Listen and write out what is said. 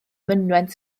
mynwent